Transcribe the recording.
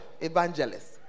evangelists